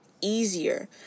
easier